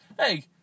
hey